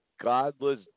Godless